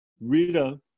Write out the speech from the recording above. Rita